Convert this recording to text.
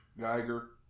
Geiger